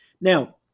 Now